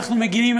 אנחנו מגיעים,